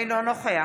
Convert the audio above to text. אינו נוכח